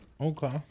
Okay